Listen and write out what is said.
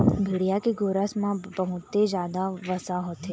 भेड़िया के गोरस म बहुते जादा वसा होथे